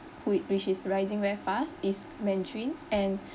whi~ which is rising very fast is mandarin and